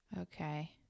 Okay